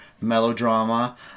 melodrama